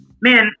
man